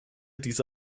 diese